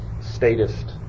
statist